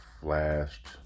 flashed